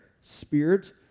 Spirit